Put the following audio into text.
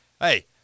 Hey